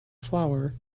flour